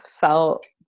felt